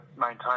maintain